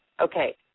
Okay